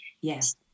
Yes